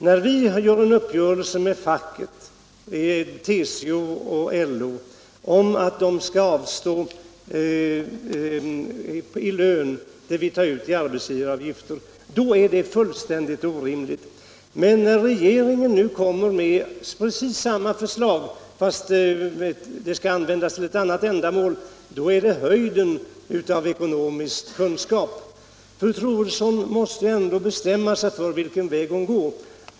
När vi gör en uppgörelse med facket - TCO och LO — om att löntagarna skall avstå i lön det vi tar ut i arbetsgivaravgift, då är det enligt fru Troedsson fullständigt orimligt. Men när regeringen nu lägger fram ett liknande förslag — fastän pengarna skall användas till ett annat ändamål — är det höjden av ekonomisk klokskap! Fru Troedsson måste ändå bestämma sig för vilken väg hon vill gå.